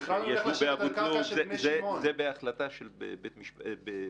ואבו תלול זה בהחלטה של בג"ץ.